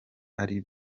bari